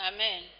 Amen